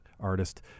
artist